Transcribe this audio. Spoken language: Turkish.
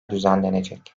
düzenlenecek